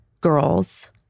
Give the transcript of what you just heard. girls